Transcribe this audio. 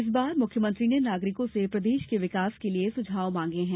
इस बार मुख्यमंत्री ने नागरिकों से प्रदेश के विकास के लिये सुझाव मांगे हैं